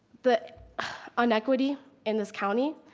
the unequity in this county,